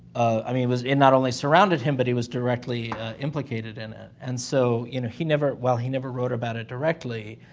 i mean, was it not only surrounded him, but he was directly implicated in it. and so, you know, he never, well, he never wrote about it directly.